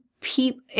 people-